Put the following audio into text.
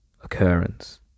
occurrence